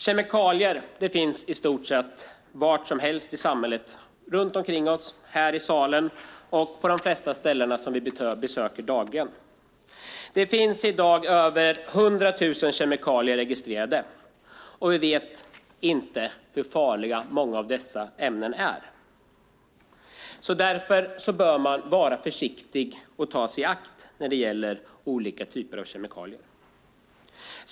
Kemikalier finns överallt i samhället - här i salen, runt omkring oss och på de flesta ställen vi besöker dagligen. Det finns i dag över 100 000 kemikalier registrerade, och vi vet inte hur farliga många av dessa ämnen är. Därför bör man vara försiktig och ta sig i akt när det gäller olika typer av kemikalier.